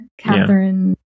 Catherine